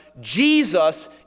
Jesus